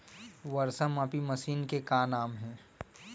वर्षा मापी मशीन के का नाम हे?